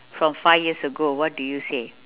from five years ago what do you say